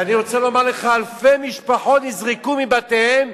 ואני רוצה לומר לך, אלפי משפחות נזרקו מבתיהן,